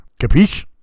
Capiche